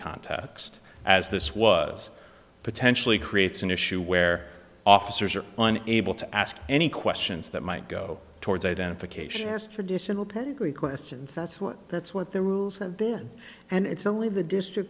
context as this was potentially creates an issue where officers are on able to ask any questions that might go towards identification or traditional pedigree questions that's what that's what the rules have been and it's only the district